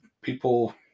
people